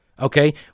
Okay